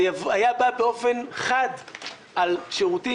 זה היה בא באופן חד על שירותים,